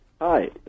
Hi